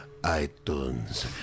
iTunes